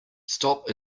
stop